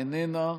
איננה.